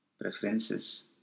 preferences